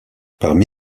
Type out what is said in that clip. parmi